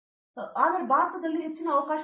ಅರ್ಜುನ್ ಆದರೆ ಭಾರತದಲ್ಲಿ ಹೆಚ್ಚಿನ ಅವಕಾಶಗಳಿಲ್ಲ